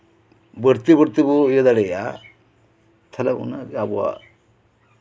ᱵᱟᱹᱲᱛᱤ ᱵᱟᱹᱲᱛᱤ ᱵᱚᱱ ᱤᱭᱟᱹ ᱫᱟᱲᱮᱭᱟᱜᱼᱟ ᱛᱟᱦᱞᱮ ᱩᱱᱟᱹᱜ ᱜᱮ ᱟᱵᱚᱣᱟᱜ